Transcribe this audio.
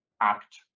Act